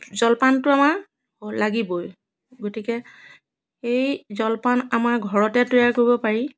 জলপানটো আমাৰ লাগিবই গতিকে এই জলপান আমাৰ ঘৰতে তৈয়াৰ কৰিব পাৰি